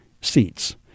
seats